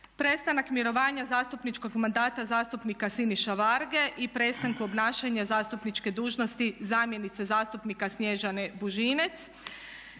Prestanak mirovanja zastupničkog mandata zastupnika Siniša Varge i prestanku obnašanja zastupničke dužnosti zamjenice zastupnika Snježane Bužinec.